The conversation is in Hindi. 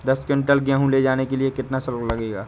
दस कुंटल गेहूँ ले जाने के लिए कितना शुल्क लगेगा?